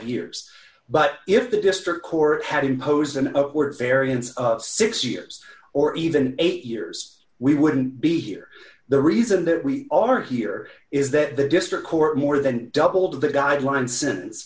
years but if the district court had imposed an upwards variance of six years or even eight years we wouldn't be here the reason that we are here is that the district court more than doubled the guideline sentence